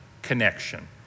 connection